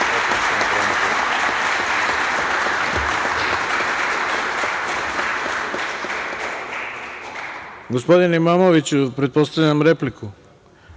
Hvala vam